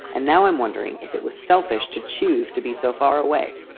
and now i'm wondering if it was selfish to choose to be so far away.